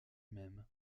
même